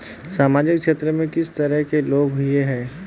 सामाजिक क्षेत्र में किस तरह के लोग हिये है?